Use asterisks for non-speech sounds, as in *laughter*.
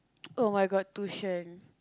*noise* oh-my-god tuition